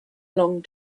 long